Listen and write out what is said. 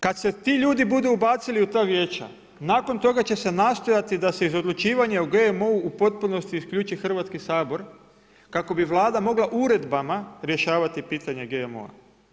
Kad se ti ljudi budu ubacili u ta vijeća, nakon toga će se nastojati da se iz odlučivanja o GMO-u u potpunosti isključi Hrvatski sabor kako bi Vlada mogla uredbama rješavati pitanja GMO-a.